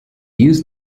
used